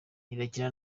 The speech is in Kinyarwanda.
irakina